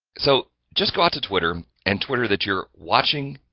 so just go out to twitter and twitter that you're watching